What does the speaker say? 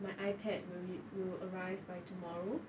my ipad will rea~ will arrive by tomorrow